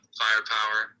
firepower